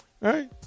Right